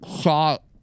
shot